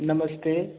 नमस्ते